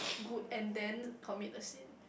good and then commit a sin